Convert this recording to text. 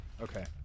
Okay